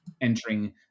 entering